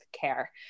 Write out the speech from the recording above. care